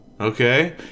Okay